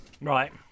Right